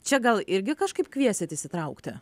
čia gal irgi kažkaip kviesit įsitraukti